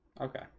Okay